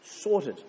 sorted